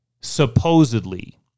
Supposedly